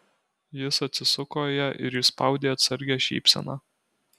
jis atsisuko į ją ir išspaudė atsargią šypseną